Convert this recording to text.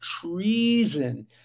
treason